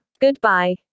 goodbye